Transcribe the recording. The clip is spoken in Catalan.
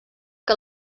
que